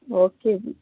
okay ਜੀ